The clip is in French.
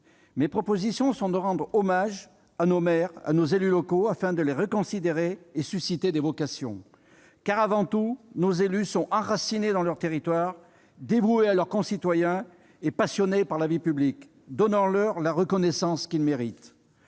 Mes propositions visent à rendre hommage à nos maires, à nos élus locaux, afin de les valoriser et de susciter des vocations. Ils sont avant tout enracinés dans leurs territoires, dévoués à leurs concitoyens et passionnés par la vie publique. Donnons-leur la reconnaissance qu'ils méritent